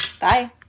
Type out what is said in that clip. Bye